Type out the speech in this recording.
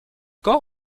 quand